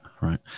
Right